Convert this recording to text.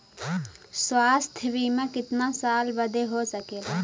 स्वास्थ्य बीमा कितना साल बदे हो सकेला?